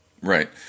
Right